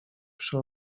przy